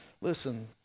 listen